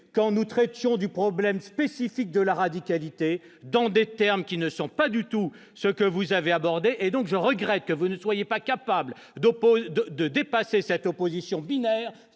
que nous traitions du problème spécifique de la radicalité, dans des termes qui ne sont pas du tout ceux que vous avez présentés. Si ! Je regrette que vous ne soyez pas capable de dépasser cette opposition binaire,